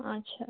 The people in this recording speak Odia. ଆଚ୍ଛା